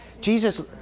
Jesus